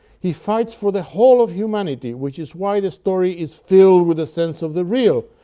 he fights for the whole of humanity, which is why the story is filled with a sense of the real.